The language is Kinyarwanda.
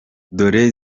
dore